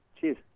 Cheers